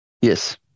Yes